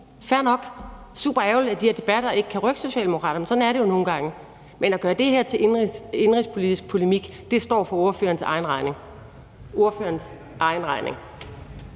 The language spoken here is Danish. fair nok. Det er superærgerligt, at de her debatter ikke kan rykke Socialdemokraterne, men sådan er det jo nogle gange. Men at gøre det her til indenrigspolitisk polemik står for ordførerens egen regning. Kl. 14:09 Første